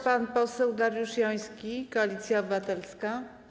Pan poseł Dariusz Joński, Koalicja Obywatelska.